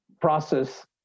process